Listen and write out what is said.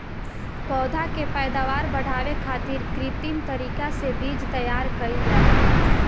पौधा के पैदावार बढ़ावे खातिर कित्रिम तरीका से बीज तैयार कईल जाला